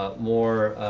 ah more